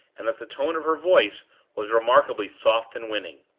and that the tone of her voice was remarkably soft and winning.